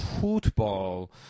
Football